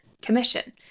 commission